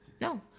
No